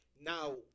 Now